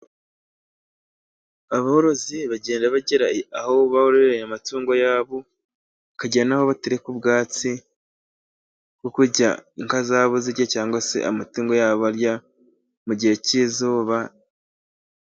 Aborozi bagenda bagira aho bororera amatungo yabo, bakagira naho batereka ubwatsi, kuko inka zabo zirya cyangwa se amatungo yabo arya mu gihe cy'izuba.